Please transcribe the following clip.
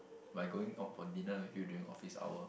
by going out for dinner with you during office hour